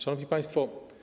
Szanowni Państwo!